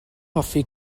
hoffi